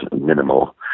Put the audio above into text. minimal